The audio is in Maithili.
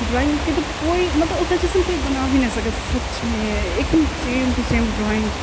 ड्रॉइंग के तऽ कोई मतलब ओकर जैसन कोई बना भी नहि सकै सचमे एकदम सेम टू सेम ड्रॉइंग